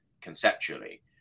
conceptually